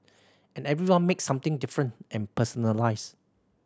and everyone makes something different and personalised